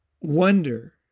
wonder